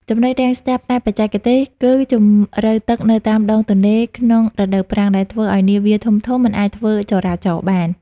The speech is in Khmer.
ចំណុចរាំងស្ទះផ្នែកបច្ចេកទេស គឺជម្រៅទឹកនៅតាមដងទន្លេក្នុងរដូវប្រាំង ដែលធ្វើឱ្យនាវាធំៗមិនអាចធ្វើចរាចរណ៍បាន។